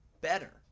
better